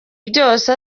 byose